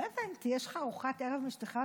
לא הבנתי, יש לך ארוחת ערב עם אשתך.